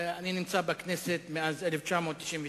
כן.